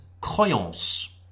croyance